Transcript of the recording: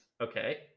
Okay